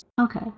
Okay